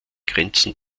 grenzen